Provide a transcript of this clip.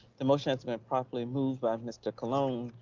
the motion has been properly moved by mr. colon.